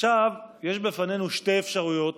עכשיו יש בפנינו שתי אפשרויות,